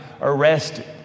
arrested